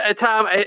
Tom